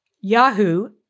yahoo